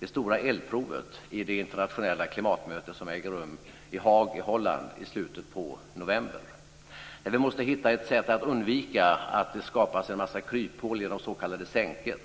det stora eldprovet på det internationella klimatmötet i Haag i Holland i slutet på november. Vi måste hitta ett sätt att undvika att det skapas en mängd kryphål genom s.k. sänkor.